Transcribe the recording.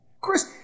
Chris